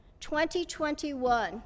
2021